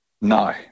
No